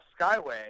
Skyway